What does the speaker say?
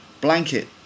blanket